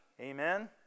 Amen